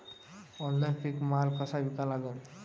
Online पीक माल कसा विका लागन?